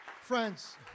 Friends